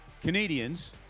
Canadians